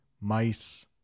mice